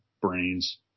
brains